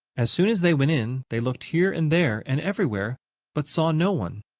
as soon as they went in, they looked here and there and everywhere but saw no one.